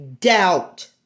doubt